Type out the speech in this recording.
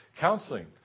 counseling